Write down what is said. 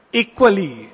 equally